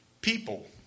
people